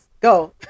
go